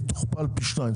היא תוכפל פי שניים.